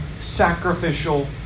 sacrificial